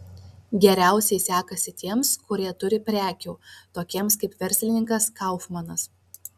geriausiai sekasi tiems kurie turi prekių tokiems kaip verslininkas kaufmanas